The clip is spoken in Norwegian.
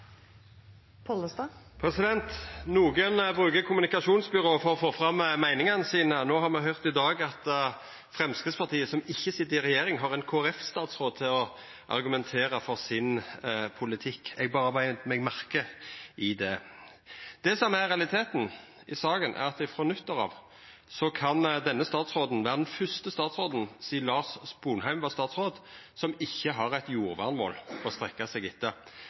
få fram meiningane sine. I dag har me høyrt at Framstegspartiet, som ikkje sit i regjering, har ein statsråd frå Kristeleg Folkeparti til å argumentera for politikken sin. Eg beit meg berre merke i det. Det som er realiteten i saka, er at frå nyttår kan denne statsråden vera den første sidan Lars Sponheim var statsråd, som ikkje har eit jordvernmål å strekkja seg etter.